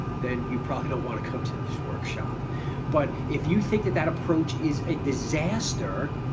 then you probably don't want to come to this workshop but if you think that that approach is a disaster,